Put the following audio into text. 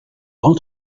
grand